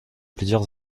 plusieurs